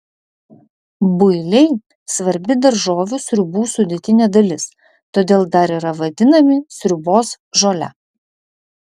builiai svarbi daržovių sriubų sudėtinė dalis todėl dar yra vadinami sriubos žole